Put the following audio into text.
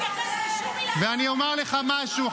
ואני אומר לך משהו,